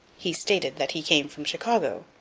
he stated that he came from chicago.